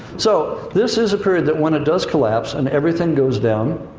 so, this is a period that when it does collapse and everything goes down,